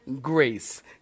grace